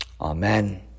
Amen